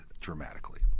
dramatically